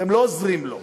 אתם לא עוזרים לו.